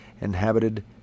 inhabited